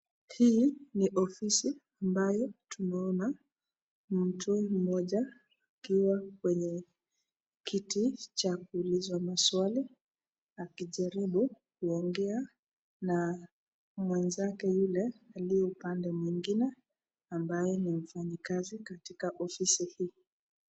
Hii ni ofisi ambaye tunaona mtu mmoja akiwa kwenye kiti cha kuulizwa maswali, akijaribu kuongea na mwenzake yule, aliyokaa kando nyingine, ambaye ni mfanyi kazi katika ofisi hii.